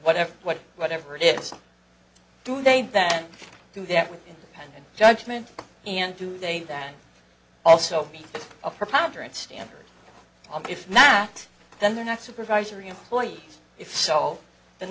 whatever what whatever it is i'm do they then do that with independent judgment and do they that also be a preponderance standard if not then they're not supervisory employees if so then